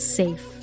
safe